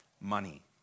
money